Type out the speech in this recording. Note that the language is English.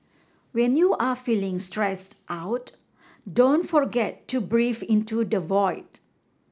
when you are feeling stressed out don't forget to breathe into the void